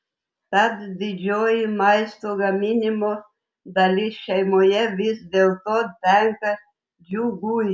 tad didžioji maisto gaminimo dalis šeimoje vis dėlto tenka džiugui